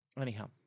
anyhow